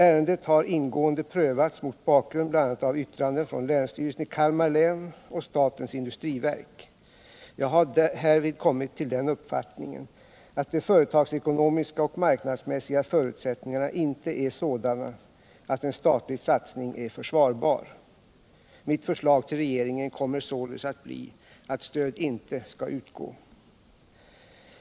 Ärendet har ingående prövats mot bakgrund bl.a. av yttranden från länsstyrelsen i Kalmar län och statens industriverk. Jag har härvid kommit till den uppfattningen att de företagsekonomiska och marknadsmässiga förutsättningarna inte är sådana att en statlig satsning är försvarbar. Mitt förslag till regeringen kommer således att bli att stöd inte skall utgå.